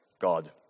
God